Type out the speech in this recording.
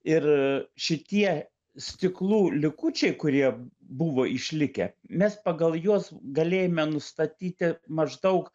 ir šitie stiklų likučiai kurie buvo išlikę mes pagal juos galėjome nustatyti maždaug